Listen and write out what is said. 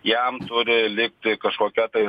jam turi likti kažkokia tai